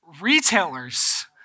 Retailers